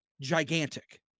gigantic